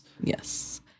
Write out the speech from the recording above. Yes